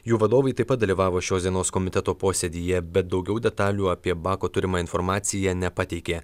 jų vadovai taip pat dalyvavo šios dienos komiteto posėdyje bet daugiau detalių apie bako turimą informaciją nepateikė